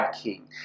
king